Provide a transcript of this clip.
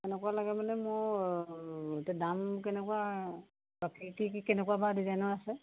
কেনেকুৱা লাগে মানে মোৰ এতিয়া দাম কেনেকুৱা কি কি কি কেনেকুৱা বা ডিজাইনৰ আছে